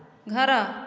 ଘର